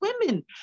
women